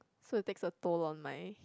so it takes a toll on my